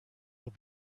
will